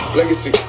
Legacy